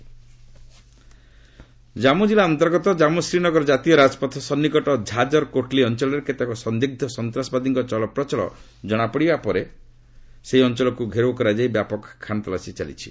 terrorist attack Jammu ଜିଲ୍ଲା ଅନ୍ତର୍ଗତ କମ୍ମୁ ଶ୍ରୀନଗର ଜାତୀୟ ରାଜପଥ ସନ୍ଦିକଟ ଝାଜର୍ କୋଟ୍ଲୀ ଅଞ୍ଚଳରେ କେତେକ ସନ୍ଦିଗ୍ଧ ସନ୍ତାସବାଦଙ୍କ ଚଳପ୍ରଚଳନ ଜଣାପଡ଼ିବା ପରେ ସେହି ଅଞ୍ଚଳକୁ ଘେରାଓ କରାଯାଇ ବ୍ୟାପକ ଖାନ୍ତଲାସୀ ଚାଲିଛି